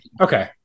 Okay